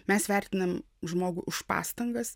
mes vertinam žmogų už pastangas